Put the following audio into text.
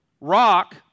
Rock